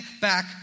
back